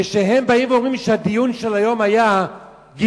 כשהם באים ואומרים שהדיון של היום היה גזעני,